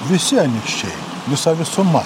visi anykščiai visa visuma